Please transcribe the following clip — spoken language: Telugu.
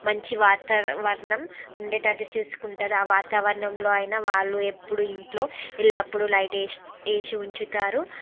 మంచి వాతావరణం ఉండేటట్టు చూసుకుంటారు ఆ వాతావరణంలో అయినా వాళ్ళు ఎప్పుడూ ఇంట్లో ఎల్లప్పుడూ లైట్ ఏ వేసి ఉంచుతారు